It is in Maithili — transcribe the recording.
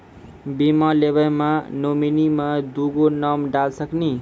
बीमा लेवे मे नॉमिनी मे दुगो नाम डाल सकनी?